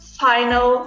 final